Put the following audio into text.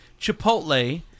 Chipotle